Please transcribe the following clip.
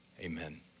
amen